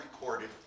recorded